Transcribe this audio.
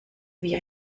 wie